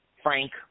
Frank